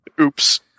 Oops